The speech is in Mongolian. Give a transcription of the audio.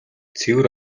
цэвэр